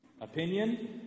Opinion